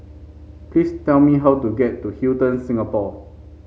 please tell me how to get to Hilton Singapore